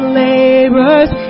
laborers